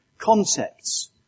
Concepts